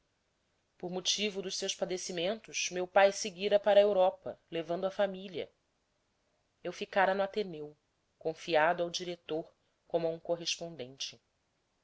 por motivo dos seus padecimentos meu pai seguira para a europa levando a família eu ficara no ateneu confiado ao diretor como a um correspondente